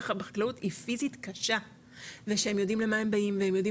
החקלאות היא פיזית קשה ושהם יודעים למה הם באים ושהם יודעים